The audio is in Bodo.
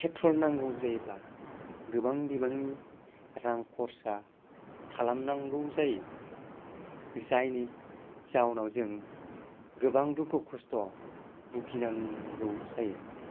पेट्रल नांगौ जायोब्ला गोबां बिबांनि रां खरसा खालामनांगौ जायो जायनि जाउनाव जों गोबां दुखु खस्थ' भुगिनांगौ जायो